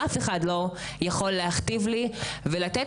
אף אחד לא יכול להכתיב לי את זה ולתת